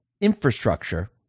infrastructure